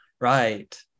right